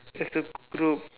yes true true